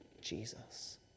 Jesus